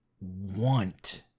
want